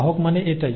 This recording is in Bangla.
বাহক মানে এটাই